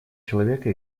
человека